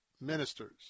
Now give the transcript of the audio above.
ministers